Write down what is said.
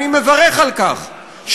ואני מברך על כך,